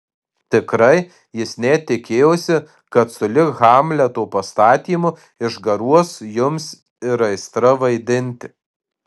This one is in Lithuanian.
tikrai jis net tikėjosi kad sulig hamleto pastatymu išgaruos jums ir aistra vaidinti